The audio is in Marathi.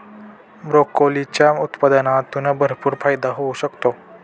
ब्रोकोलीच्या उत्पादनातून भरपूर फायदा होऊ शकतो